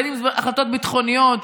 בין החלטות ביטחוניות,